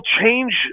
change